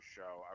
show